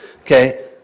okay